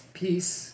peace